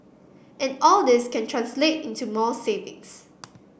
and all this can translate into more savings